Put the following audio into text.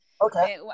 Okay